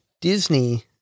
Disney